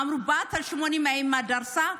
אמרו: האימא בת ה-80 דרסה.